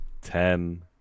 Ten